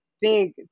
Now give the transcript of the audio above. big